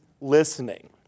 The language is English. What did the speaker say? listening